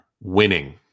Winning